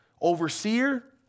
overseer